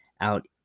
out